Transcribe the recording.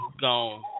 gone